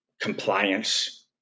compliance